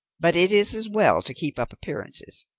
but it is as well to keep up appearances.